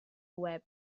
web